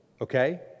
okay